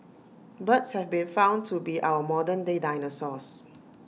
birds have been found to be our modern day dinosaurs